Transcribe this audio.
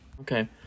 Okay